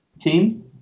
team